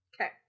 Okay